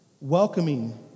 welcoming